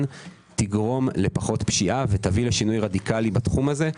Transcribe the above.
תגרום לפחות פשיעה ותביא לשינוי רדיקלי התחום הזה.